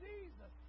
Jesus